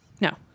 No